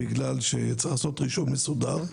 בגלל שצריך לעשות רישום מסודר.